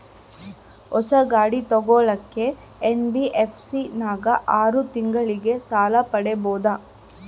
ಹೊಸ ಗಾಡಿ ತೋಗೊಳಕ್ಕೆ ಎನ್.ಬಿ.ಎಫ್.ಸಿ ನಾಗ ಆರು ತಿಂಗಳಿಗೆ ಸಾಲ ಪಡೇಬೋದ?